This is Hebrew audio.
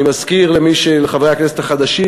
אני מזכיר לחברי הכנסת החדשים,